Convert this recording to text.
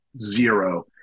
zero